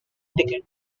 ticket